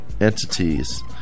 entities